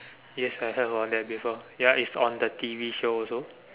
yes I heard of that before ya it's on the T_V show also